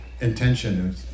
intention